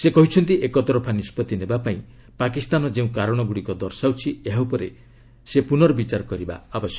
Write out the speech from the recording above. ସେ କହିଛନ୍ତି ଏକତରଫା ନିଷ୍କଭି ନେବାଲାଗି ପାକିସ୍ତାନ ଯେଉଁ କାରଣଗୁଡ଼ିକୁ ଦର୍ଶାଉଛି ଏହାଉପରେ ସେ ପ୍ରର୍ନବିଚାର କରିବା ଉଚିତ୍